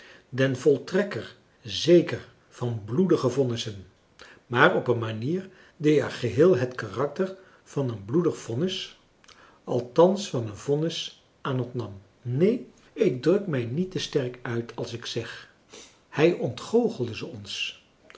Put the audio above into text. den voltrekker zeker van bloedige vonnissen maar op een manier die er geheel het karakter van een bloedig vonnis althans van een vonnis aan ontnam neen ik druk mij niet te sterk uit als ik zeg hij ontgoochelde ze ons